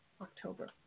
October